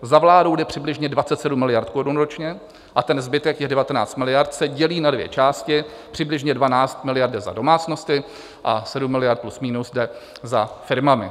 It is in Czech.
Za vládou jde přibližně 27 miliard korun ročně a ten zbytek 19 miliard se dělí na dvě části přibližně 12 miliard jde za domácnostmi a 7 miliard plus minus jde za firmami.